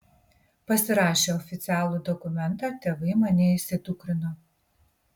pasirašę oficialų dokumentą tėvai mane įsidukrino